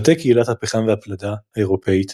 מטה קהילת הפחם והפלדה האירופית,